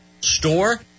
store